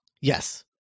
Yes